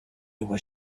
was